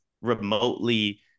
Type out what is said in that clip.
remotely